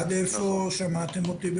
עד איפה שמעתם אותי?